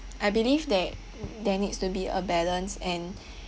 I believe that there needs to be a balance and